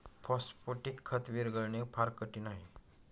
phosphatic खत विरघळणे फार कठीण आहे